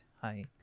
Hi